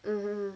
mmhmm